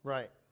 Right